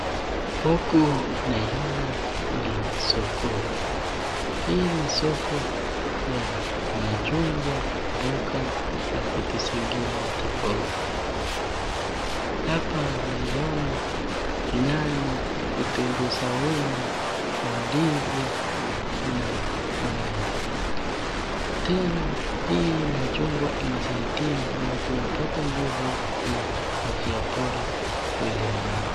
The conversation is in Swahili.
Huku naiona ni sokoni. Hii ni soko ya machungwa, mboga na vitu zingine tofauti. Hapa naiona nyanya, vitunguu saumu, mandizi na maembe. Tena hii machungwa inasaidia watu wapate nguvu na afya bora mwilini mwao.